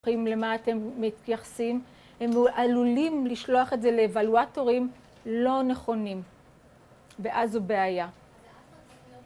למה אתם מתייחסים, הם עלולים לשלוח את זה לאבלואטורים לא נכונים, ואז זו בעיה.